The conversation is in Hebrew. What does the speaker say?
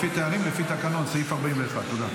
לפי תארים ולפי תקנות סעיף 41. תודה.